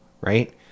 right